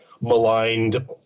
maligned